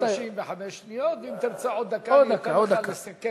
35 שניות, ואם תרצה עוד דקה, אתן לך לסכם.